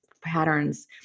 patterns